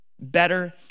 better